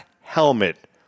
helmet